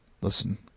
Listen